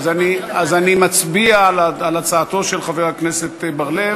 אז נצביע על הצעתו של חבר הכנסת בר-לב